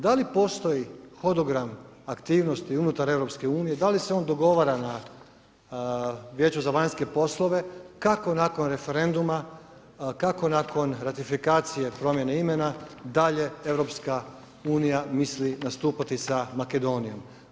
Da li postoji hodogram aktivnosti unutar EU, da li se on dogovara na Vijeću za vanjske poslove, kako nakon referenduma, kako nakon ratifikacije promjene imena dalje EU misli nastupati sa Makedonijom?